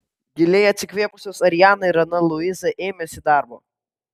giliai atsikvėpusios ariana ir ana luiza ėmėsi darbo